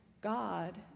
God